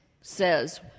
says